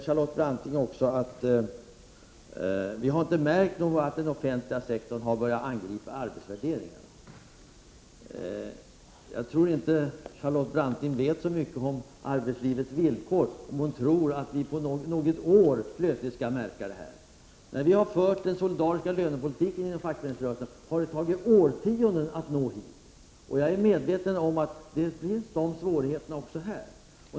Charlotte Branting säger: Vi har inte märkt att den offentliga sektorn har börjat angripa arbetsvärderingarna. Charlotte Branting vet nog inte så mycket om arbetslivets villkor, om hon tror att vi på något år plötsligt skall märka det här. När vi i fackföreningsrörelsen har fört den solidariska lönepolitiken, har det tagit årtionden att nå hit. Jag är medveten om att samma svårigheter finns också här.